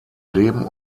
leben